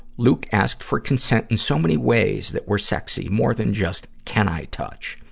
luke asked for consent in so many ways that were sexy, more than just, can i touch?